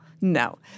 No